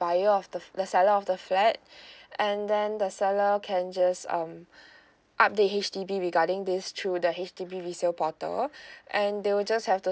buyer of the the seller of the flat and then the seller can just um update H_D_B regarding this through the H_D_B resale portal and they will just have to